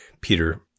Peter